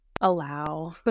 allow